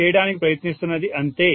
నేను చేయడానికి ప్రయత్నిస్తున్నది అంతే